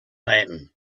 lantern